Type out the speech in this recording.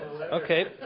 Okay